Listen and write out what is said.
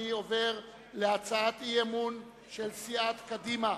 אני עובר להצעת אי-אמון של סיעת קדימה